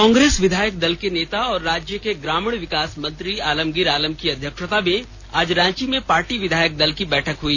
कांग्रेस विधायक दल के नेता और राज्य के ग्रामीण विकास मंत्री आलमगीर आलम की अध्यक्षता में आज रांची में पार्टी विधायक दल की बैठक हई